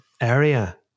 area